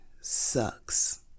sucks